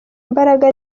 imbaraga